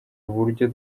uburyo